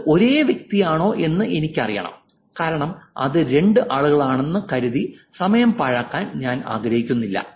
ഇത് ഒരേ വ്യക്തിയാണോ എന്ന് എനിക്ക് അറിയണം കാരണം അത് രണ്ട് ആളുകളാണെന്ന് കരുതി സമയം പാഴാക്കാൻ ഞാൻ ആഗ്രഹിക്കുന്നില്ല